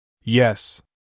Yes